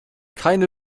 keine